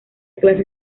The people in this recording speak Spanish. clase